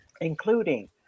including